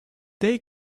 they